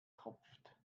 tropft